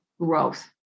growth